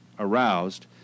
Aroused